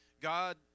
God